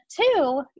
two